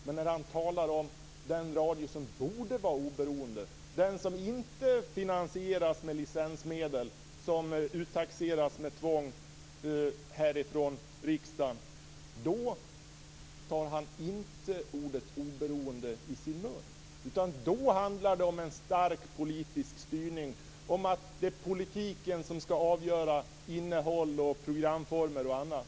Men när han talar om den radio som borde vara oberoende, den som inte finansieras med licensmedel som uttaxeras med tvång härifrån riksdagen, då tar han inte ordet oberoende i sin mun, utan då handlar det om en stark politisk styrning, om att det är politiken som ska avgöra innehåll, programformer och annat.